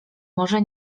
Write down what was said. może